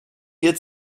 ihr